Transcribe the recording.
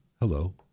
Hello